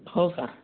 हो का